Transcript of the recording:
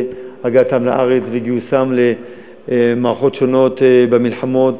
הגעתם לארץ וגיוסם למערכות שונות במלחמות,